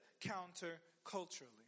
counter-culturally